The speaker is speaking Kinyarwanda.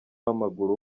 w’amaguru